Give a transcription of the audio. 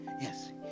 yes